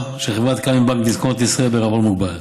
של חברת Cal מבנק דיסקונט לישראל בע"מ.